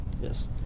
Yes